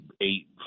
eight